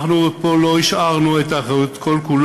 עוברים,